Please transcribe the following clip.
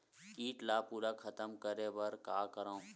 कीट ला पूरा खतम करे बर का करवं?